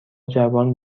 جوان